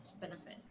benefit